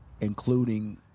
including